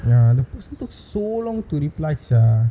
ya the person took so long to reply sia